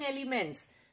elements